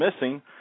missing